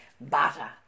Butter